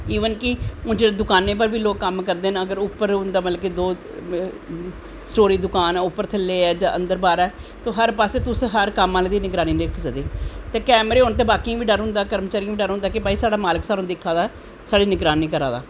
even कि हून दकानें पर बी लोग कम्म करदे न उप्पर मतलव कि दो स्टोरी दकान ऐ उप्परा थल्लै ऐ जां अन्दर बाह्र ऐ तां हर पास्सै तुस हर कम्म आह्ले दी निगरानी रक्खी सकदे ते कैमरे होन ते बाकियें गी बी डर होंदा कर्मचारियें गी डर होंदा कि भाी साढ़े मालक साह्नू दिक्खा दा ऐ साढ़ी निगरानी करा दा